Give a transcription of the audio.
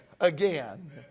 again